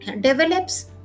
develops